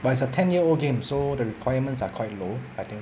but it's a ten year old game so the requirements are quite low I think